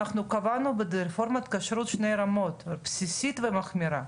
אנחנו קבענו ברפורמת הכשרות בסיסית ומחמירה.